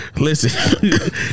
Listen